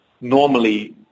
normally